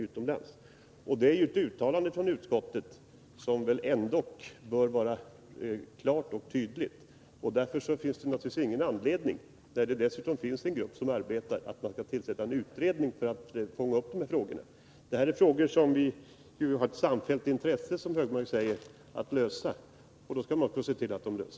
liga villkoren för svenska medborgare anställda utomlands